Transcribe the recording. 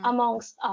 Amongst